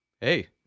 hey